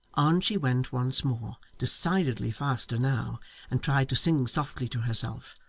on she went once more decidedly faster now and tried to sing softly to herself.